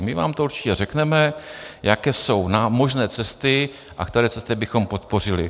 My vám to určitě řekneme, jaké jsou možné cesty a které cesty bychom podpořili.